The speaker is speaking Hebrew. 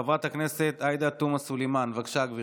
חברת הכנסת עאידה תומא סלימאן, בבקשה, גברתי.